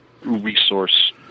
resource